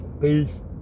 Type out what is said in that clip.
Peace